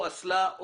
אסלה,